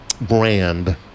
brand